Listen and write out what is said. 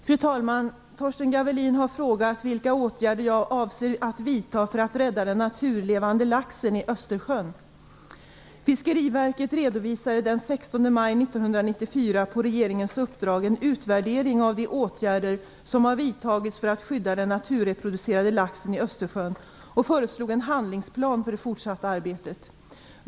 Fru talman! Torsten Gavelin har frågat vilka åtgärder jag avser att vidta för att rädda den naturlevande laxen i Östersjön. Fiskeriverket redovisade den 16 maj 1994 på regeringens uppdrag en utvärdering av de åtgärder som har vidtagits för att skydda den naturreproducerande laxen i Östersjön och föreslog en handlingsplan för det fortsatta arbetet.